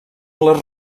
les